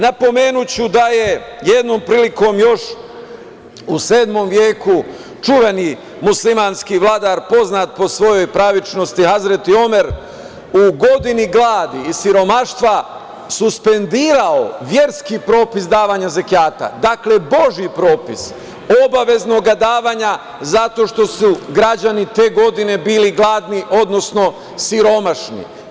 Napomenuću da je jednom prilikom još u sedmom veku čuveni muslimanski vladar, poznat po svojoj pravičnosti Azret Omer u godini gladi i siromaštva suspendovao verski propis davanja zekjata, dakle božji propis obaveznog davanja zato što su građani te godine bili gladni, odnosno siromaši.